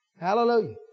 Hallelujah